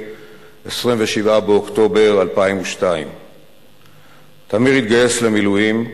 27 באוקטובר 2002. תמיר התגייס למילואים,